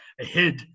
ahead